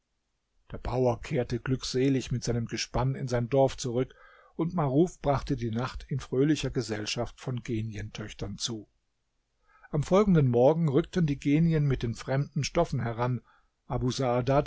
der bauer kehrte glückselig mit seinem gespann in sein dorf zurück und maruf brachte die nacht in fröhlicher gesellschaft von genientöchtern zu am folgenden morgen rückten die genien mit den fremden stoffen heran abu saadat